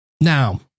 Now